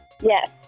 Yes